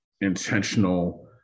intentional